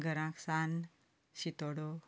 घराक सान्न शितोडो